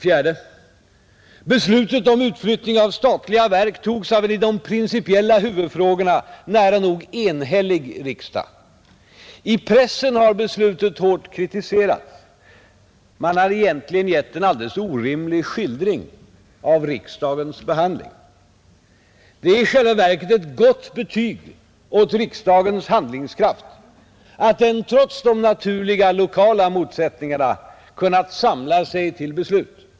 4, Beslutet om utflyttning av statliga verk togs av en i de principiella huvudfrågorna nära nog enhällig riksdag. I pressen har beslutet hårt kritiserats. Man har egentligen gett en alldeles orimlig skildring av riksdagens behandling. Det är i själva verket ett gott betyg åt riksdagens handlingskraft att den trots de naturliga lokala motsättningarna kunnat samla sig till beslut.